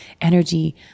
energy